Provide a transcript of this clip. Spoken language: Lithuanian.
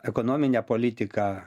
ekonominę politiką